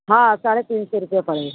हाँ साढ़े तीन सौ रुपये पड़ेगा